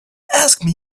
asked